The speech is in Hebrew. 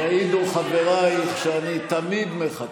יעידו חבריי שאני תמיד מחכה.